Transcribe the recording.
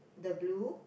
the blue